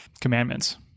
commandments